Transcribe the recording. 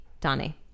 Donnie